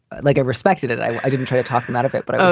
like i respected it. i didn't try to talk him out of it, but,